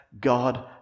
God